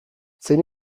zein